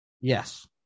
Yes